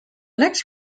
next